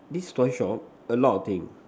this toy shop a lot of thing